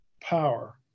power